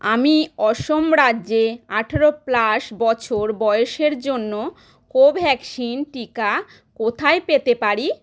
আমি অসম রাজ্যে আঠেরো প্লাস বছর বয়সের জন্য কোভ্যাক্সিন টিকা কোথায় পেতে পারি